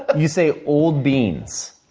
you say, old beans.